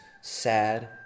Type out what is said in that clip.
sad